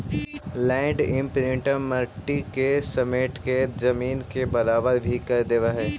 land imprinter मट्टी के समेट के जमीन के बराबर भी कर देवऽ हई